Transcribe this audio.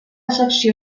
secció